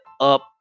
up